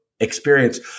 experience